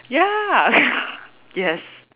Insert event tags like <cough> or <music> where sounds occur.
ya <laughs> yes